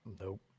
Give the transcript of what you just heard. Nope